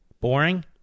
Boring